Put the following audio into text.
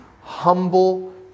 humble